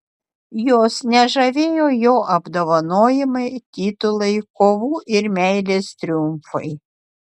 jos nežavėjo jo apdovanojimai titulai kovų ir meilės triumfai